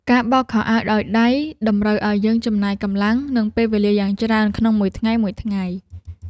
ការបោកខោអាវដោយដៃតម្រូវឱ្យយើងចំណាយកម្លាំងកាយ និងពេលវេលាយ៉ាងច្រើនក្នុងមួយថ្ងៃៗ។